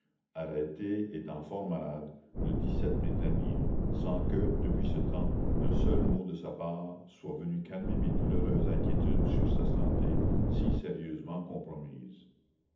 arrêté étant fort malade le mai dernier sans que depuis ce temps un seul mot de sa part soit venu calmer mes douloureuses inquiétudes sur sa santé si sérieusement compromise